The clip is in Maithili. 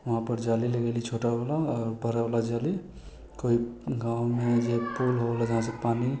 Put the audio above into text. उहाँपर जाली लगैली छोटावला आओर बड़ावला जाली कोइ गाँवमे जे पुल होला जहाँसँ पानि